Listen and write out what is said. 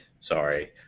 Sorry